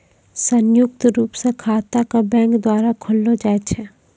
संयुक्त रूप स खाता क बैंक द्वारा खोललो जाय छै